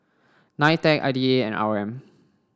NITEC I D A and R O M